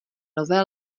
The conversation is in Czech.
nové